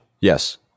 Yes